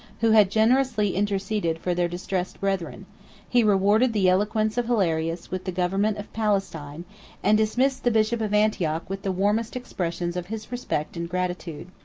who had generously interceded for their distressed brethren he rewarded the eloquence of hilarius with the government of palestine and dismissed the bishop of antioch with the warmest expressions of his respect and gratitude.